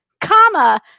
comma